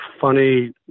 funny